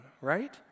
right